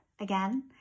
again